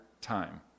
time